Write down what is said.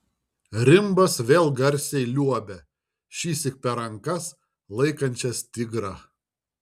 rimbas vėl garsiai liuobia šįsyk per rankas laikančias tigrą